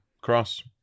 Cross